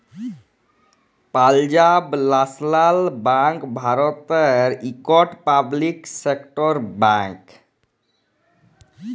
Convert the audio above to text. Punjab national bank ভারতের ইকট public sector bank